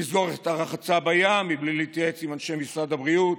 לסגור את הרחצה בים בלי להתייעץ עם אנשי משרד הבריאות,